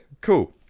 cool